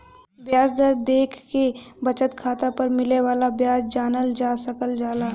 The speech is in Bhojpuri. ब्याज दर देखके बचत खाता पर मिले वाला ब्याज जानल जा सकल जाला